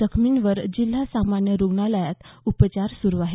जखमींवर जिल्हा सामान्य रुग्णालयात उपचार सुरू आहेत